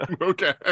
okay